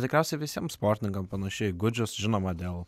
tikriausiai visiem sportininkam panašiai gudžius žinoma dėl